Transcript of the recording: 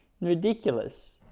ridiculous